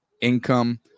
Income